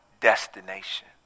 destination